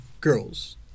girls